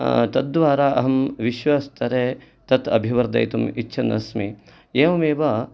तद्द्वारा अहं विश्वस्तरे तत् अभिवर्धयितुम् इच्छन् अस्मि एवमेव